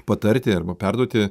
patarti arba perduoti